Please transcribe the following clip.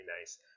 nice